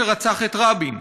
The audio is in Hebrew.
שרצח את רבין,